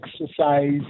exercise